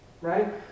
Right